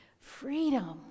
Freedom